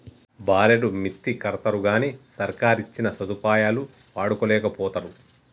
బారెడు మిత్తికడ్తరుగని సర్కారిచ్చిన సదుపాయాలు వాడుకోలేకపోతరు